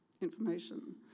information